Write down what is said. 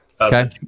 Okay